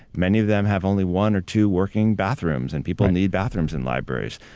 many of them have only one or two working bathrooms, and people need bathrooms in libraries.